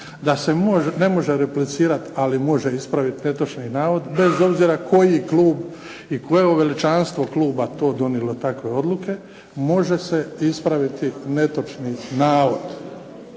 da se ne može replicirati, ali može ispraviti netočni navod, bez obzira koji klub i koje veličanstvo to donijelo takve odluke, može se ispraviti netočni navod.